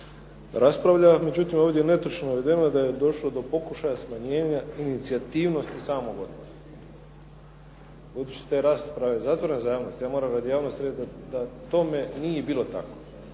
raspravlja, međutim, ovdje je netočno evidentno da je došlo do pokušaja smanjenja inicijativnosti samog odbora. Budući da su te rasprave zatvorene za javnost, ja moram radi javnosti reći da tome nije bilo tako.